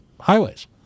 highways